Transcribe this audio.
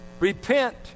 Repent